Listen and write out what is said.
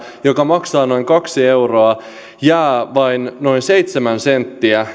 joka maksaa noin kaksi euroa hinnasta jää vain noin seitsemän senttiä